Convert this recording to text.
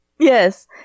Yes